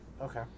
okay